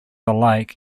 alike